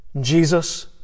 Jesus